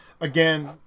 Again